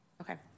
okay